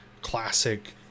classic